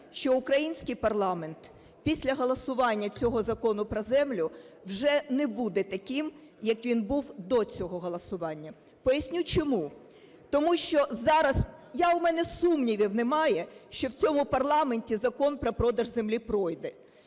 що український парламент після голосування цього Закону про землю вже не буде таким, як він був до цього голосування. Поясню чому. Тому що зараз, а у мене сумнівів немає, що в цьому парламенті Закон про продаж землі пройде